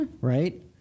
Right